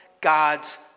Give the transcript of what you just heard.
God's